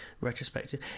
retrospective